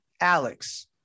Alex